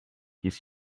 his